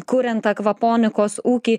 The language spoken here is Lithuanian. kuriant akvaponikos ūkį